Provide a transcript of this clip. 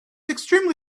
extremely